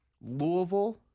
Louisville